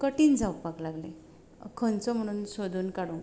कठीण जावपाक लागलें खंयचो म्हणून सोदून काडूं